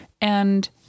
and-